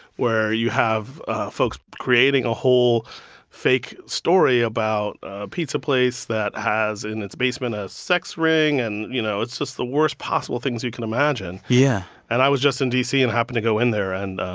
where you have folks creating a whole fake story about a pizza place that has in its basement a sex ring and, you know, it's just the worst possible things you can imagine yeah and i was just in d c. and happened to go in there, and